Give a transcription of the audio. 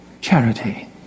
charity